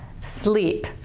sleep